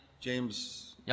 James